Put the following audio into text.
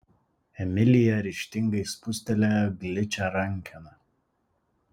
emilija ryžtingai spustelėjo gličią rankeną